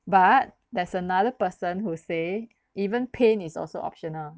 but there's another person who say even pain is also optional